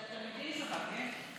זה התלמידים שלך, כן?